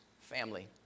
family